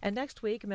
and next week